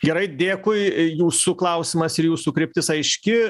gerai dėkui jūsų klausimas ir jūsų kryptis aiški